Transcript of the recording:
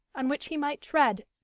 on which he might tread,